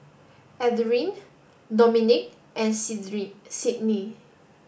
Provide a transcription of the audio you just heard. Adriene Dominic and Sydnee